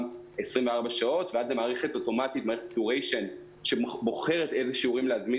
24 שעות ועד למערכת אוטומטית שבוחרת אילו שיעורים להזמין